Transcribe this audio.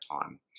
time